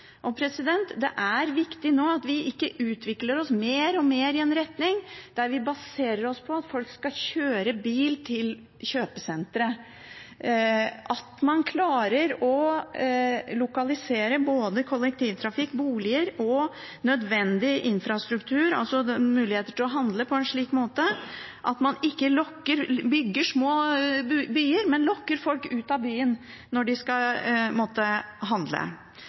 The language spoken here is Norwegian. Det er viktig nå at vi ikke utvikler oss mer og mer i en retning der vi baserer oss på at folk skal kjøre bil til kjøpesentre, men klarer å lokalisere både kollektivtrafikk, boliger og nødvendig infrastruktur – bygger små byer – slik at man ikke lokker folk ut av byen når de skal handle.